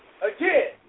Again